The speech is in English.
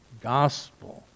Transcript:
gospel